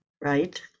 right